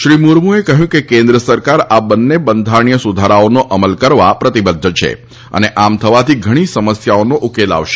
શ્રી મુર્મુએ કહયું કે કેન્દ્ર સરકાર આ બંને બંધારણીય સુધારાઓનો અમલ કરવા પ્રતિબધ્ધ છે અને આમ થવાથી ઘણી સમસ્યાઓનો ઉકેલ આવશે